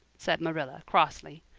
said marilla crossly.